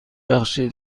بخشی